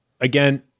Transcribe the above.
again